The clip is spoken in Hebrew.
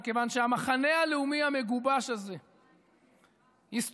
מכיוון שהמחנה הלאומי המגובש הזה יסתובב